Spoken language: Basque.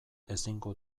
ezingo